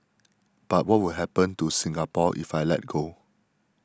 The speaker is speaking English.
but what will happen to Singapore if I let go